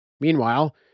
Meanwhile